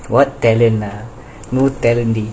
what talent lah no talent